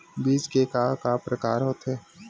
बीज के का का प्रकार होथे?